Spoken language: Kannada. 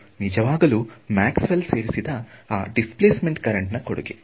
ಇದು ನಿಜವಾಗಲೂ ಮ್ಯಾಕ್ಸ್ ವೆಲ್ ಸೇರಿಸಿದ ದಿಸ್ಪಲೇಸ್ಮೆಂಟ್ ಕರೆಂಟ್ ನ ಕೊಡುಗೆ